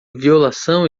violação